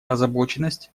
озабоченность